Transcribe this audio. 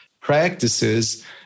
practices